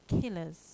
killers